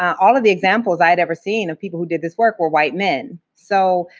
all of the examples i had ever seen of people who did this work were white men. so,